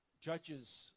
Judges